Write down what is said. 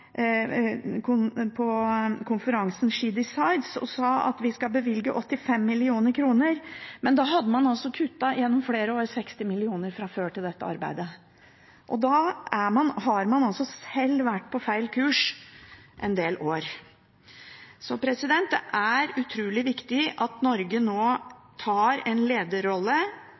konferansen She Decides og sa at vi skal bevilge 85 mill. kr, men da hadde man altså gjennom flere år kuttet 60 mill. kr fra før til dette arbeidet. Og da har man selv vært på feil kurs en del år. Det er utrolig viktig at Norge nå tar en lederrolle